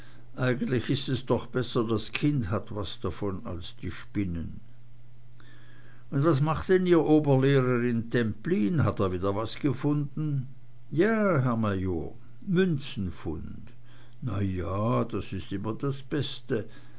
eigentlich is es doch besser das kind hat was davon als die spinnen und was macht denn ihr oberlehrer in templin hat er wieder was gefunden ja herr major münzenfund na das is immer das beste